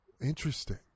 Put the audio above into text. interesting